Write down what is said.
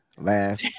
laugh